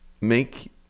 make